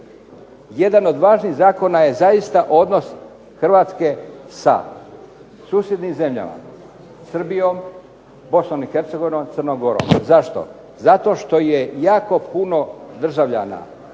Jedan od važnih zakona je zaista odnos Hrvatske sa susjednim zemljama, Srbijom, Bosnom i Hercegovinom i Crnom Gorom. Zašto? Zato što je jako puno hrvatski